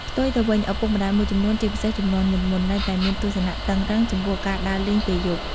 ផ្ទុយទៅវិញ ឪពុកម្ដាយមួយចំនួន ជាពិសេសជំនាន់មុនៗ នៅតែមានទស្សនៈតឹងរ៉ឹងចំពោះការដើរលេងពេលយប់ ។